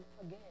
again